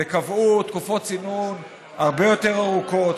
וקבעו תקופות צינון הרבה יותר ארוכות,